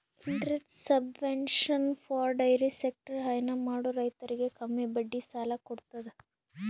interest subvention for dairy sector ಹೈನಾ ಮಾಡೋ ರೈತರಿಗ್ ಕಮ್ಮಿ ಬಡ್ಡಿ ಸಾಲಾ ಕೊಡತದ್